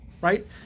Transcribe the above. right